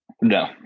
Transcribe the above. No